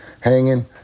hanging